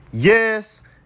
Yes